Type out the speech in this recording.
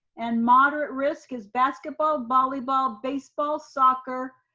and moderate risk is basketball, volleyball, baseball, soccer,